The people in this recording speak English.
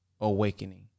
awakening